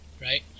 right